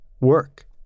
work